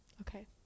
Okay